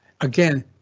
Again